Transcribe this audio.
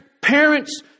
Parents